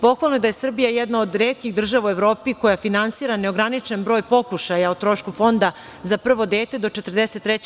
Pohvalno je da je Srbija jedna od retkih država u Evropi koja finansira neograničen broj pokušaja o trošku fonda za prvo dete do 43